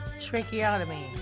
Tracheotomy